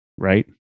Right